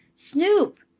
snoop!